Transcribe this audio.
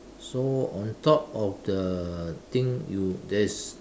so on top of the thing you there's